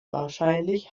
wahrscheinlich